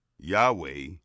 yahweh